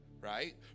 right